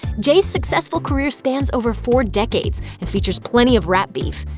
jay's successful career spans over four decades and features plenty of rap beef.